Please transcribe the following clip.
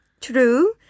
True